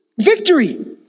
victory